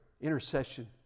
intercession